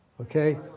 Okay